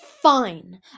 fine